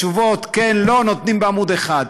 תשובות כן-לא נותנים בעמוד אחד.